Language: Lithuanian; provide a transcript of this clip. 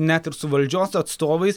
net ir su valdžios atstovais